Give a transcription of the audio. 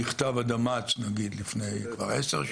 הוא רעיון שנכון גם בשביל המשטרה